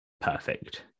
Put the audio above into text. Perfect